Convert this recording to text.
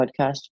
podcast